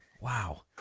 Wow